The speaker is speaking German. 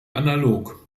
analog